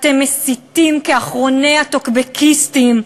אתם מסיתים כאחרוני הטוקבקיסטים.